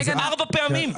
ארבע פעמים.